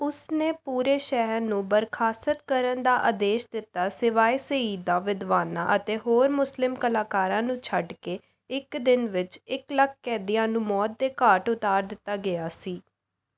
ਉਸ ਨੇ ਪੂਰੇ ਸ਼ਹਿਰ ਨੂੰ ਬਰਖ਼ਾਸਤ ਕਰਨ ਦਾ ਆਦੇਸ਼ ਦਿੱਤਾ ਸਿਵਾਏ ਸ਼ਹੀਦਾਂ ਵਿਦਵਾਨਾਂ ਅਤੇ ਹੋਰ ਮੁਸਲਿਮ ਕਲਾਕਾਰਾਂ ਨੂੰ ਛੱਡ ਕੇ ਇੱਕ ਦਿਨ ਵਿੱਚ ਇੱਕ ਲੱਖ ਕੈਦੀਆਂ ਨੂੰ ਮੌਤ ਦੇ ਘਾਟ ਉਤਾਰ ਦਿਤਾ ਗਿਆ ਸੀ